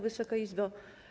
Wysoka Izbo!